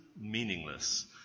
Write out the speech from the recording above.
meaningless